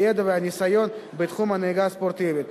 הידע והניסיון בתחום הנהיגה הספורטיבית,